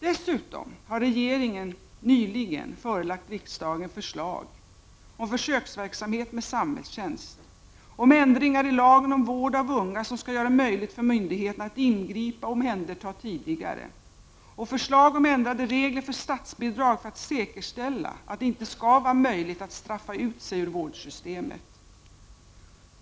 Dessutom har regeringen nyligen förelagt riksdagen förslag om försöksverksamhet med samhällstjänst, om ändringar i lagen om vård av unga, som skall göra det möjligt för myndigheterna att ingripa och omhänderta tidigare, och förslag om ändrade regler för statsbidrag för att säkerställa att det inte skall vara möjligt att straffa ut sig ur vårdsystemet.